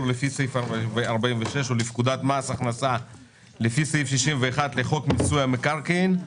לפי סעיף 46 לפקודת מס הכנסה ולפי סעיף 61 לחוק מיסוי מקרקעין.